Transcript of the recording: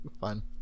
fine